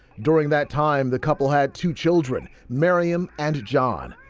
during that time the couple had two children, miriam and john.